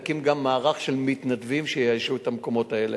נקים גם מערך של מתנדבים שיאיישו את המקומות האלה.